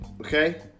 Okay